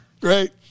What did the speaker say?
Great